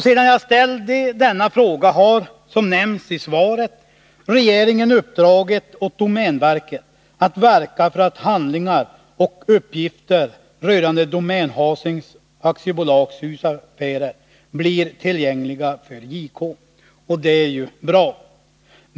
Sedan jag ställde denna fråga har, som nämns i svaret, regeringen uppdragit åt domänverket att verka för att handlingar och uppgifter rörande Domän Housing AB:s husaffärer blir tillgängliga för JK, och det är ju bra.